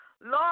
Lord